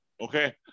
okay